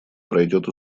пройдет